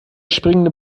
springende